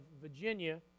Virginia